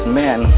men